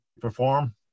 perform